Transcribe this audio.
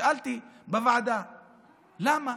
שאלתי בוועדה: למה?